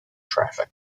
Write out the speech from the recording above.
traffic